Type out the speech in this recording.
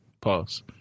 Pause